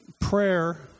prayer